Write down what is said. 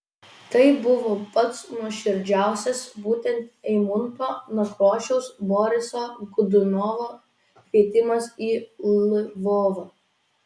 tai buvo pats nuoširdžiausias būtent eimunto nekrošiaus boriso godunovo kvietimas į lvovą